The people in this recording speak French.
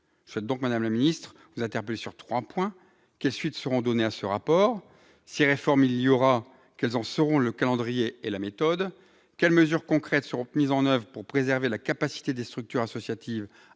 je souhaite donc vous interpeller sur trois points. Tout d'abord, quelles suites seront données à ce rapport ? Si réforme il y a, quels en seront le calendrier et la méthode ? Ensuite, quelles mesures concrètes seront mises en oeuvre pour préserver la capacité des structures associatives à